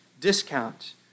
discount